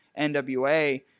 NWA